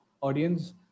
audience